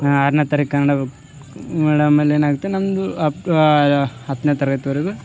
ನಾ ಆರನೆ ತಾರಿಕು ಕನ್ನಡ ಮೀಡಿಯಮ್ ಅಲ್ಲಿ ಏನಾಗುತ್ತೆ ನಮ್ಮದು ಅಪ್ಟು ಹತ್ತನೆ ತರಗತಿವರೆಗು